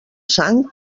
sang